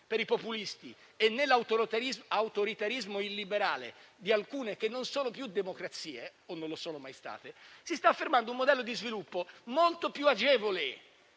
per i populisti e nell'autoritarismo illiberale di alcune che non sono più democrazie (o non lo sono mai state), si sta affermando in tutti i Paesi un modello di sviluppo molto più agevole